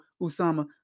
Usama